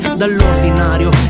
dall'ordinario